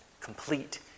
complete